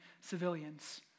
civilians